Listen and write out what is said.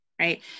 right